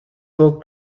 book